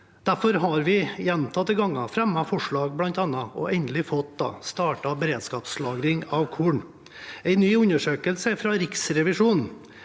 Derfor har vi gjentatte ganger bl.a. fremmet forslag, og endelig fått startet beredskapslagring av korn. En ny undersøkelse fra Riksrevisjonen